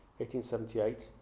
1878